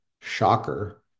shocker